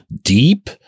deep